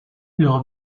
leur